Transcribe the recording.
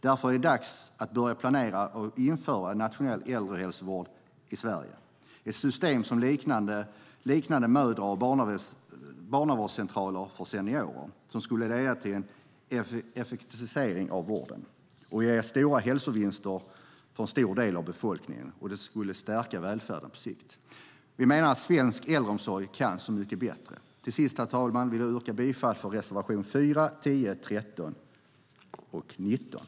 Därför är det dags att börja planera för att införa en nationell äldrehälsovård i Sverige, ett system liknande mödra och barnavårdscentraler för seniorer, som skulle leda till en effektivisering av vården och ge stora hälsovinster för en stor del av befolkningen. Det skulle stärka välfärden på sikt. Vi menar att svensk äldreomsorg kan så mycket bättre. Herr talman! Jag yrkar bifall till reservationerna 4, 10, 13 och 19.